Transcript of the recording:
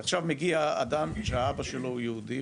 עכשיו מגיע אדם שהאבא שלו יהודי,